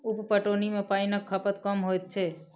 उप पटौनी मे पाइनक खपत कम होइत अछि